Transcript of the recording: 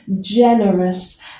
generous